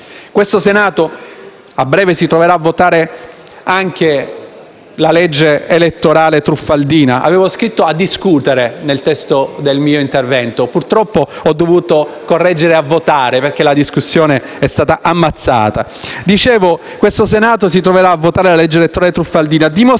Questo Senato, a breve, si troverà a votare anche la legge elettorale truffaldina. Avevo scritto «a discutere» nel testo del mio intervento, purtroppo ho dovuto correggere «a votare» perché la discussione è stata ammazzata. Dicevo che questo Senato si troverà a votare la legge elettorale truffaldina.